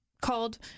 called